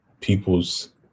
people's